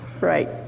Right